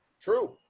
True